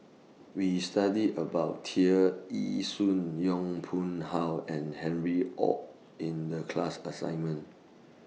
We studied about Tear Ee Soon Yong Pung How and Harry ORD in The class assignment